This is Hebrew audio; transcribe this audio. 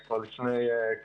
לאפשר גם